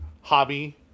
hobby